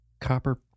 copper